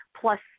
Plus